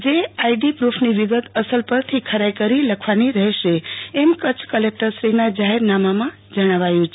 જે આઈડી પૂરૂ ની વિગત અસલ પરથી ખરાઈ કરી લખવાની રહેશે એમ કચ્છ કલેકટરના જાહેરનામા માં જણાવ્યું છે